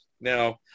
now